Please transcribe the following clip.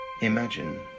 Imagine